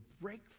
break